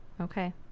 okay